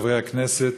חברי הכנסת,